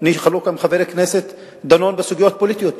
אני חלוק עם חבר הכנסת דנון בסוגיות פוליטיות,